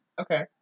Okay